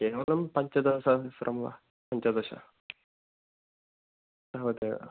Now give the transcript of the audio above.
केवलं पञ्चदशहस्रं वा पञ्चदश तावदेव